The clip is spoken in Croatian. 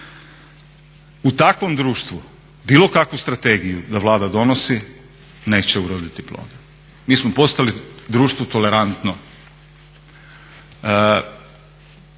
U takvom društvu bilo kakvu strategiju da Vlada donosi neće uroditi plodom. Mi smo postali društvo tolerantno.